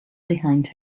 behind